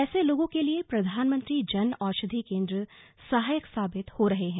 ऐसे लोगों के लिए प्रधानमंत्री जन औषधि केंद्र सहायक साबित हो रहे हैं